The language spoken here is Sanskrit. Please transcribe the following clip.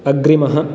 अग्रिमः